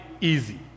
easy